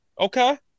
Okay